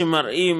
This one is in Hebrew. שמראים,